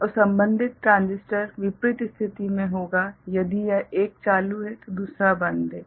और संबंधित ट्रांजिस्टर विपरीत स्थिति में होगा यदि एक चालू है तो दूसरा बंद होगा